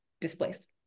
displaced